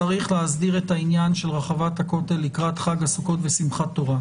צריך להסדיר את העניין של רחבת הכותל לקראת חג הסוכות ושמחת תורה.